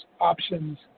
options